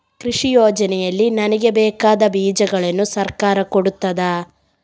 ಕೃಷಿ ಯೋಜನೆಯಲ್ಲಿ ನನಗೆ ಬೇಕಾದ ಬೀಜಗಳನ್ನು ಸರಕಾರ ಕೊಡುತ್ತದಾ?